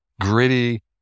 gritty